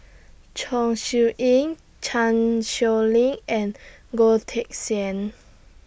Chong Siew Ying Chan Sow Lin and Goh Teck Sian